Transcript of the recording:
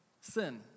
sin